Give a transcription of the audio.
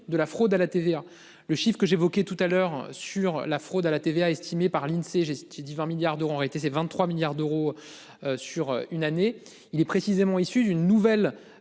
de la fraude à la TVA. Le chiffre que j'évoquais tout à l'heure sur la fraude à la TVA estimée par l'Insee. J'ai, j'ai dit 20 milliards d'euros auraient été c'est 23 milliards d'euros. Sur une année il est précisément issue d'une nouvelle